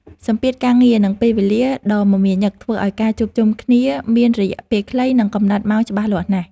សម្ពាធការងារ និងពេលវេលាដ៏មមាញឹកធ្វើឱ្យការជួបជុំគ្នាមានរយៈពេលខ្លីនិងកំណត់ម៉ោងច្បាស់លាស់ណាស់។